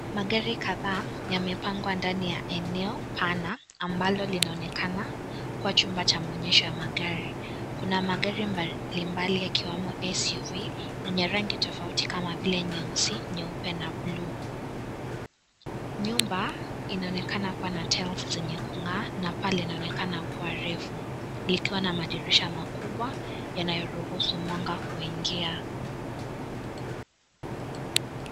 Magari kadhaa yamepangwa ndani ya eneo pana ambalo linaonekana kuwa chumba cha maonyesho ya magari, kuna magari mbalimbali yakiwemo SUV, yenye rangi tofauti kama vile nyeusi, nyeupe na bluu. Nyumba inaonekana kuwa na (CS)tiles(CS )zenye kungaa na pale inaonekana kuwa refu likiwa na madirisha makubwa yanayoruhusu mwanga kuingia.